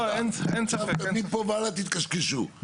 מפה והלאה תתקשקשו.